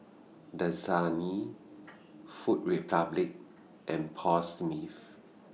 Dasani Food Republic and Paul Smith